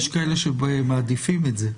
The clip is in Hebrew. יש כאלה שמעדיפים את זה.